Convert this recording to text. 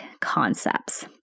concepts